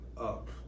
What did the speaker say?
up